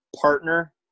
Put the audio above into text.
partner